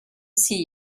see